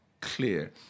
Clear